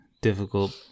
difficult